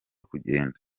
kugenda